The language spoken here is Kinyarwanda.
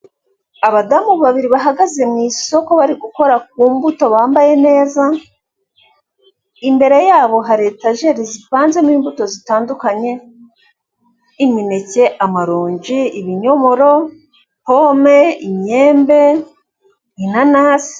Abadamu babiri bahagaze mu isoko bari gukora mu mbuto bambaye neza, imbere yabo hari etajeri zipanzemo imbuto zitandukanye: Imineke, Amaronji, Ibinyomoro, Pomme, Imyembe, Inanasi.